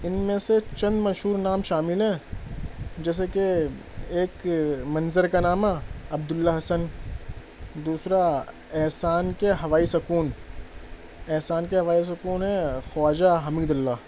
ان میں سے چند مشہور نام شامل ہیں جیسے کہ ایک منظر کا نامہ عبد اللّہ حسن دوسرا احسان کے ہوائی سکون احسان کے ہوائی سکون ہیں خواجہ حمید اللّہ